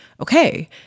okay